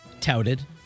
touted